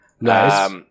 nice